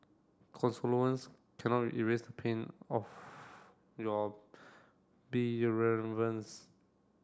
cannot erase the pain of your